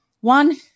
one